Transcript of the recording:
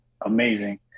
amazing